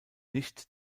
nicht